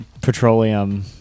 petroleum